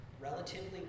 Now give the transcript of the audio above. relatively